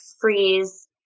freeze